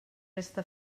resta